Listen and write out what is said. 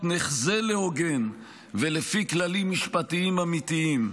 גם כאן ההליך מנסה להיות נחזה להוגן ולפי כללים משפטיים אמיתיים.